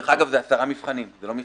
אגב, זה עשרה מבחנים, לא אחד.